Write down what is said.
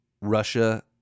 Russia